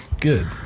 Good